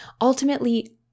Ultimately